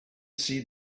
see